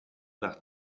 nach